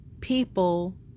people